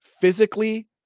physically